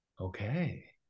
Okay